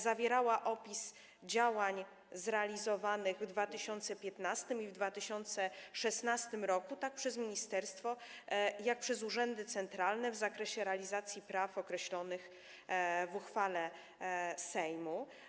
Zawierały opis działań zrealizowanych w 2015 r. i 2016 r., tak przez ministerstwo, jak i przez urzędy centralne, w zakresie realizacji praw określonych w uchwale Sejmu.